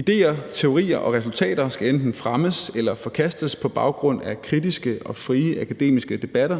Idéer, teorier og resultater skal enten fremmes eller forkastes på baggrund af kritiske og frie akademiske debatter.